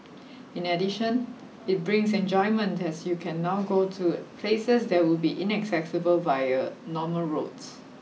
in addition it brings enjoyment as you can now go to places that would be inaccessible via normal roads